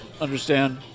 understand